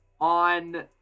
on